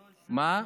אלכס,